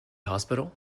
hospital